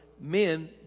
men